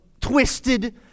twisted